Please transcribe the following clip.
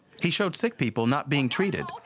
he showed sick people not being treated